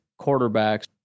quarterbacks